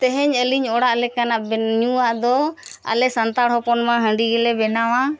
ᱛᱮᱦᱤᱧ ᱟᱹᱞᱤᱧ ᱚᱲᱟᱜ ᱞᱮᱠᱟᱱᱟᱜ ᱧᱩᱣᱟᱜ ᱫᱚ ᱟᱞᱮ ᱥᱟᱱᱛᱟᱲ ᱦᱚᱯᱚᱱ ᱢᱟ ᱦᱟᱺᱰᱤ ᱜᱮᱞᱮ ᱵᱮᱱᱟᱣᱟ